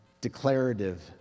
declarative